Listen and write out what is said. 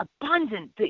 abundant